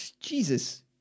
Jesus